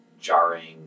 jarring